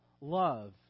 love